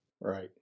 Right